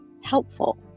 helpful